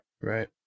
Right